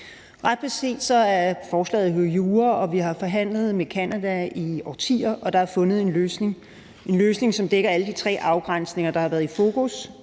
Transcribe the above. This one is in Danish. Ret beset drejer forslaget sig jo om jura, og vi har forhandlet med Canada i årtier, og der er fundet en løsning, som dækker alle de tre afgrænsninger, der har været i fokus.